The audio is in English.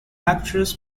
actress